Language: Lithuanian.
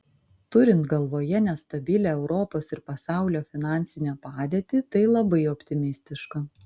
turint galvoje nestabilią europos ir pasaulio finansinę padėtį tai labai optimistiška